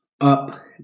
Up